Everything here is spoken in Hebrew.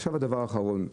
עכשיו הדבר האחרון,